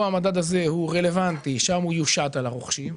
המדד הזה הוא רלוונטי שם הוא יושת על הרוכשים,